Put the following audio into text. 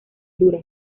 duras